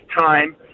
time